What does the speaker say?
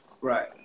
Right